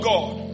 God